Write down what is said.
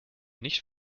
nicht